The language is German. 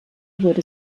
wurde